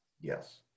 Yes